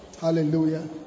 Hallelujah